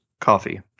coffee